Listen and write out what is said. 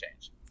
change